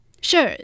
Sure